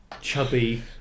chubby